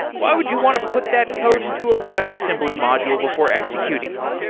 why would you want to put that code into a webassembly module before executing it?